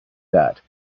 that